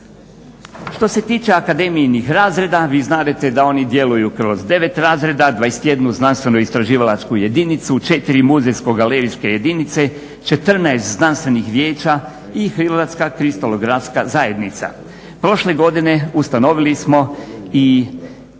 Što se tiče akademijinih razreda, vi znadete da oni djeluju kroz 9 razreda, 21 znanstveno-istraživalačku jedinicu, 4 muzejsko-galerijske jedinice, 14 znanstvenih vijeća i Hrvatska kristalografska zajednica. Prošle godine ustanovili smo i